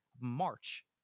March